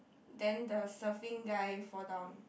then the surfing guy fall down